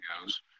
goes